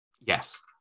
yes